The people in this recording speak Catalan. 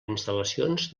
instal·lacions